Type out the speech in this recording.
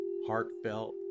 heartfelt